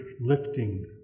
lifting